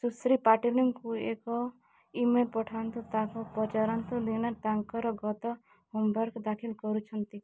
ସୁଶ୍ରୀ ପାଟିଲ୍କୁ ଏକ ଇମେଲ୍ ପଠାନ୍ତୁ ତାଙ୍କୁ ପଚାରନ୍ତୁ ଦିନେ ତାଙ୍କର ଗତ ହୋମୱାର୍କଟି ଦାଖଲ କରିଛନ୍ତି କି